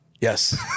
Yes